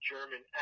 German